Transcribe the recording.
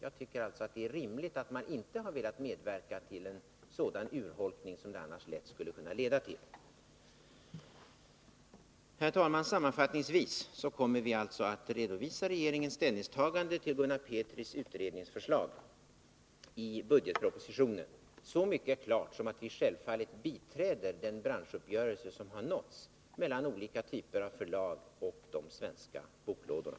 Jag tycker det är rimligt att kulturrådet inte velat medverka till en sådan urholkning som annars lätt skulle uppstå. Herr talman! Sammanfattningsvis vill jag säga att vi kommer att redovisa regeringens ställningstagande till Gunnar Petris utredningsförslag i budgetpropositionen. Så mycket är klart att vi självfallet biträder den branschuppgörelse som nåtts mellan olika typer av förlag och de svenska boklådorna.